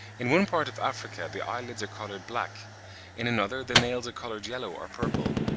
in one part of africa the eyelids are coloured black in another the nails are coloured yellow or purple.